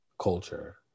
culture